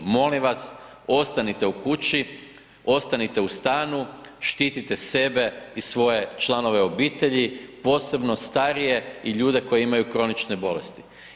Molim vas ostanite u kući, ostanite u stanu, štitite sebe i svoje članove obitelji, posebno starije i ljude koji imaju kronične bolesti.